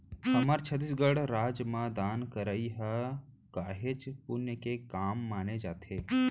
हमर छत्तीसगढ़ राज म दान करई ह काहेच पुन्य के काम माने जाथे